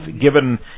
Given